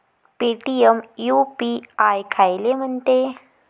Paytm UPI कायले म्हनते?